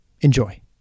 Enjoy